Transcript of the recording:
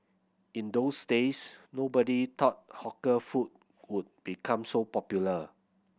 in those days nobody thought hawker food would become so popular